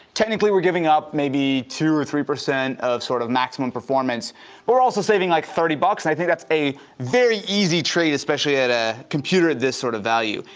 technically, we're giving up maybe two or three percent of sort of maximum performance, but we're also saving like thirty bucks. i think that's a very easy trade, especially at a computer this sort of value.